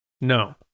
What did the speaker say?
No